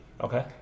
Okay